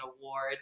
award